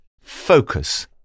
focus